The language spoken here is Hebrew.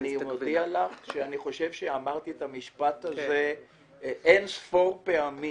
אני חושב שאמרתי את המשפט הזה אין-ספור פעמים,